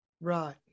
Right